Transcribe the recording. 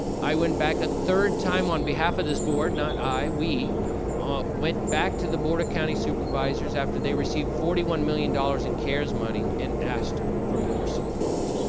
i went back a third time on behalf of this board, not i, we all ah went back to the board of county supervisors after they received forty one million dollars in cares money and asked for more support.